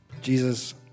jesus